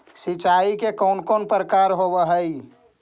सिंचाई के कौन कौन प्रकार होव हइ?